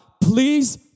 please